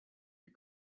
you